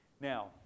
Now